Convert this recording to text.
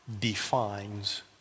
defines